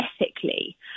ethically